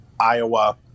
Iowa